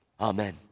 Amen